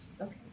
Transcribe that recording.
Okay